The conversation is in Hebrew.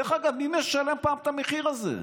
דרך אגב, מי משלם את המחיר על זה?